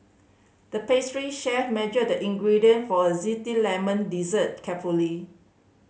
the pastry chef measured the ingredients for a lemon dessert carefully